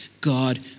God